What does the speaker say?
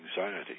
anxiety